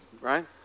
right